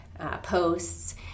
posts